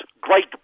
Great